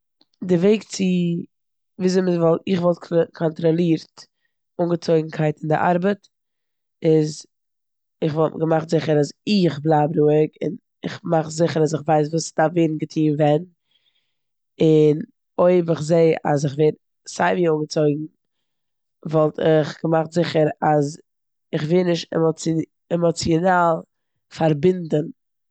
די וועג צו, וואזוי מ'וואלט, איך וואלט קאנטראלירט אנגעצויגנקייט און די ארבעט. איז כ'וואלט געמאכט זיכער איך בלייב רואיג. כ'מאך זיכער כ'ווייס וואס ס'דארף ווערן געטון ווען. און, אויב כ'זעה אז כ'ווער סיי ווי אנגעצויגן, וואלט איך געמאכט זיכער אז כ'ווער נישט אימא, אימאציענאל פארבינדן.